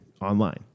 online